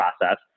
process